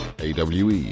AWE